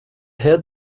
head